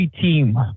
team